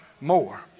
more